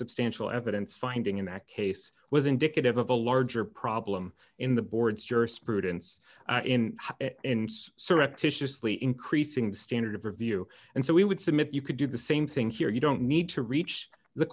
substantial evidence finding in that case was indicative of a larger problem in the board's jurisprudence in so repetitiously increasing the standard of review and so we would submit you could do the same thing here you don't need to reach the